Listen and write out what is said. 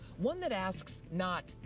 one that asks not,